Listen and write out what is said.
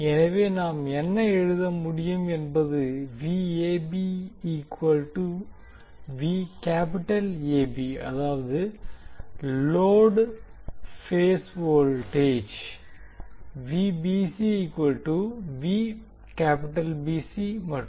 எனவே நாம் என்ன எழுத முடியும் என்பது அதாவது லோடு பேஸ் வோல்டேஜ் மற்றும்